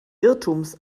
irrtums